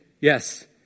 Yes